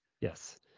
Yes